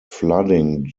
flooding